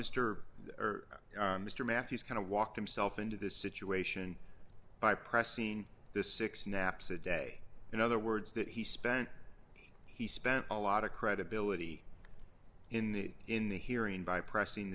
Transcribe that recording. mr or mr matthews kind of walked himself into this situation by pressing this six naps a day in other words that he spent he spent a lot of credibility in the in the hearing by pressing